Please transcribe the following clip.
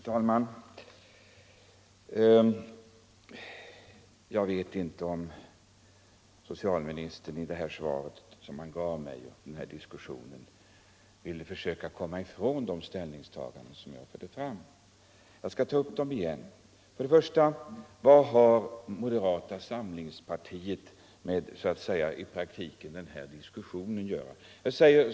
Herr talman! Jag vet inte om socialministern i det svar han gav mig och i diskussionen ville försöka komma ifrån de ställningstaganden som jag förde fram. Jag skall ta upp dem igen. Vad har moderata samlingspartiet i praktiken med den här diskussionen att göra?